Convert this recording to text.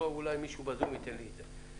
אם לא, אולי מישהו בזום ייתן לי את זה.